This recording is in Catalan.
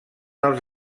els